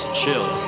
chill